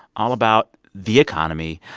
all about the economy.